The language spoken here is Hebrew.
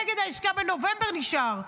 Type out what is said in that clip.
נשאר, נגד העסקה בנובמבר, נשאר.